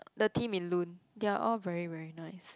the team in Loon they are all very very nice